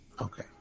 Okay